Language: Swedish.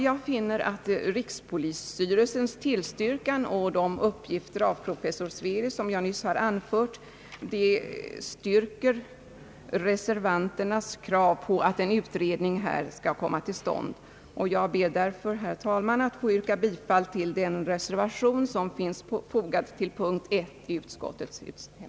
Jag finner att rikspolisstyrelsens uttalande och de uppgifter av professor Sveri som jag här anfört styrker reservanternas krav på att en utredning bör komma till stånd. Jag ber därför, herr talman, att få yrka bifall till den reservation som finns fogad till punkten 1 i utskottets hemställan.